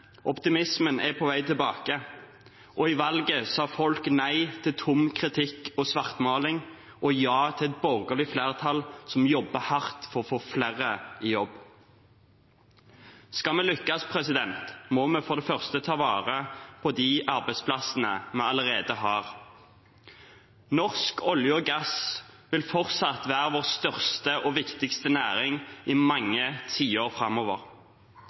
Optimismen er på vei tilbake, og i valget sa folk nei til tom kritikk og svartmaling og ja til et borgerlig flertall som jobber hardt for å få flere i jobb. Skal vi lykkes, må vi for det første ta vare på de arbeidsplassene vi allerede har. Norsk olje og gass vil fortsatt være vår største og viktigste næring i mange tiår framover